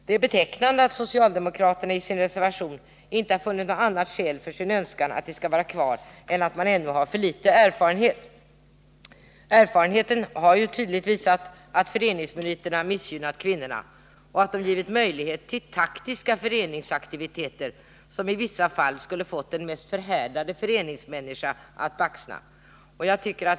Det är betecknande att socialdemokraterna i sin reservation inte har funnit något annat skäl för sin önskan att de skall vara kvar än att man ännu har för liten erfarenhet. Erfarenheten har ju tydligt visat att föreningsmeriterna missgynnat kvinnorna och att de givit möjlighet till taktiska föreningsaktiviteter, som i vissa fall skulle fått den mest förhärdade föreningsmänniska att baxna.